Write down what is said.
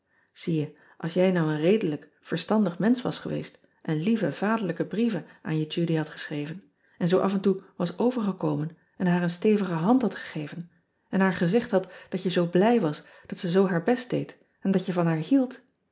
ie je als jij nou een redelijk verstandig mensch was geweest en lieve vaderlijke brieven aan je udy had geschreven en zoo of en toe was overgekomen en haar een stevige hand had gegeven en haar gezegd had dat je zoo blij was dat ze zoo haar best deed en dat je van haar hield